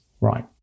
Right